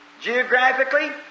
Geographically